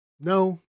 No